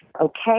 okay